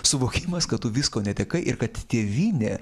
suvokimas kad tu visko netekai ir kad tėvynė